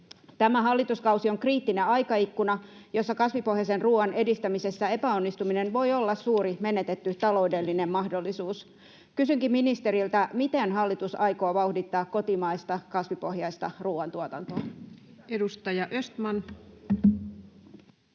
Tämä hallituskausi on kriittinen aikaikkuna, jossa kasvipohjaisen ruoan edistämisessä epäonnistuminen voi olla suuri menetetty taloudellinen mahdollisuus. Kysynkin ministeriltä: miten hallitus aikoo vauhdittaa kotimaista kasvipohjaista ruoantuotantoa? Edustaja Östman.